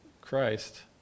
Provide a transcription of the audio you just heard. Christ